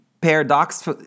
paradox